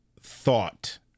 thought